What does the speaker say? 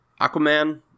Aquaman